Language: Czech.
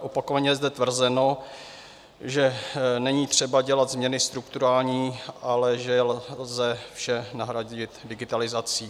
Opakovaně je zde tvrzeno, že není třeba dělat změny strukturální, ale že lze vše nahradit digitalizací.